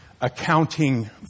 accounting